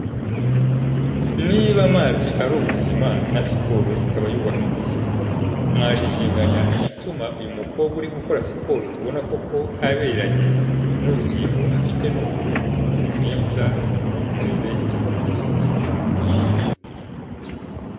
Niba amazi ari ubuzima na siporo ikaba yubaka ubuzima? mwajijinganya igituma uyu mukobwa uri gukora siporo tubona koko aberanye n'urugingo afite none? ni mwiza murebe ingingo ze zose.